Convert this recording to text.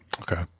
Okay